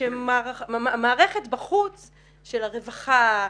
שהמערכת בחוץ של הרווחה,